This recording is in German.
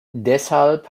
deshalb